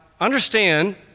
understand